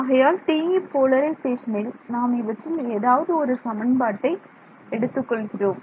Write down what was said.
ஆகையால் TE போலரிசேஷனில் நாம் இவற்றில் ஏதாவது ஒரு சமன்பாட்டை எடுத்துக் கொள்கிறோம்